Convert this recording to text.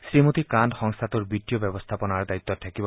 শ্ৰীমতী কান্ত সংস্থাটোৰ বিগ্ৰীয় ব্যৱস্থাপনাৰ দায়িত্বত থাকিব